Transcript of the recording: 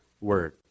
Word